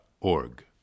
org